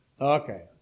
Okay